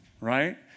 right